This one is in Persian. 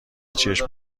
چشم